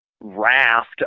raft